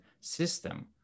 system